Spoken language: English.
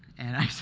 and i said,